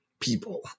people